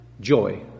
Joy